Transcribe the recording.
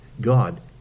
God